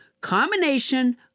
combination